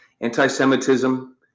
Anti-Semitism